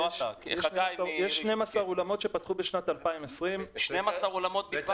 יש 12 אולמות שפתחו בשנת 2020. 12 אולמות בלבד?